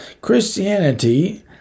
Christianity